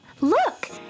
Look